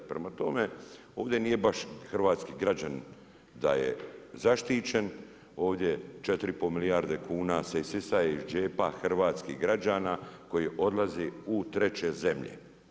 Prema tome, ovdje nije baš hrvatski građanin da je zaštićen, ovdje 4,5 milijarde kuna se isisaju iz džepa hrvatskih građana koje odlaze u 3 zemlje.